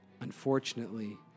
Unfortunately